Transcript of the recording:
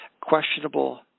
questionable